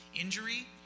injury